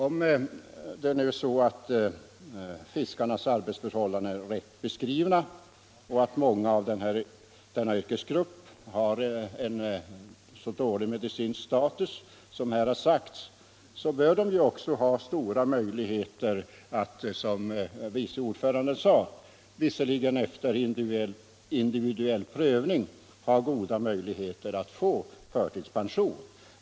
Om fiskarnas arbetsförhållanden är rätt beskrivna och många av denna yrkesgrupp har en så dålig medicinsk status som här har sagts bör de också, som utskottets vice ordförande sade, ha stora möjligheter att — visserligen efter individuell prövning — få förtidspension.